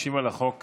ישיב על הצעת